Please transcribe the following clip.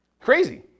Crazy